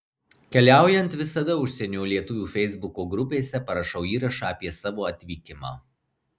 keliaujant visada užsienio lietuvių feisbuko grupėse parašau įrašą apie savo atvykimą